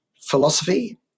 philosophy